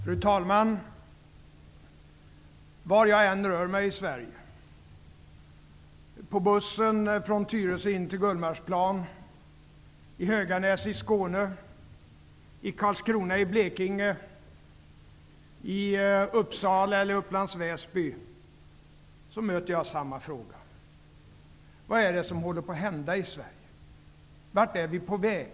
Fru talman! Var jag än rör mig i Sverige -- på bussen från Tyresö till Gullmarsplan, i Höganäs i Skåne, i Väsby -- möter jag samma fråga: Vad är det som håller på att hända i Sverige? Vart är vi på väg?